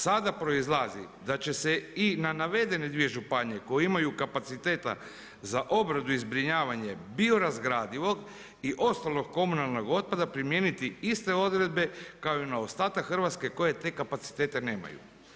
Sada proizlazi da će se i na navedene dvije županije koje imaju kapaciteta za obradu i zbrinjavanje biorazgradivog i ostalog komunalnog otpada primijeniti iste odredbe kao i na ostatak Hrvatske koje te kapacitete nemaju.